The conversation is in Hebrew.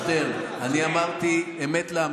שיגיד את האמת.